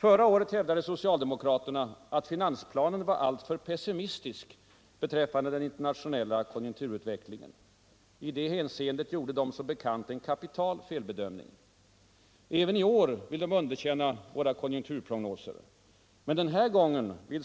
Förra året hävdade socialdemokraterna att finansplanen var alltför pessimistisk beträffande den internationella-konjunkturutvecklingen. I det hänsceendet gjorde de som bekant en kapital felbedömning. Även i år vill socialdemokraterna underkänna våra konjunkturprognoser, men den här gången vill